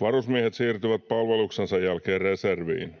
Varusmiehet siirtyvät palveluksensa jälkeen reserviin.